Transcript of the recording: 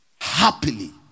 happily